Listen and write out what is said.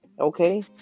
Okay